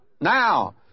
Now